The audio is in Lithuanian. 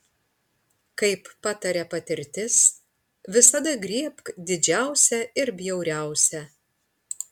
kaip pataria patirtis visada griebk didžiausią ir bjauriausią